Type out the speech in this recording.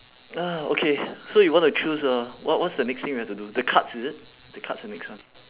ah okay so you want to choose uh what what's the next thing we have to do the cards is it the cards the next one